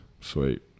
Sweet